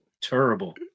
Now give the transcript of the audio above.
terrible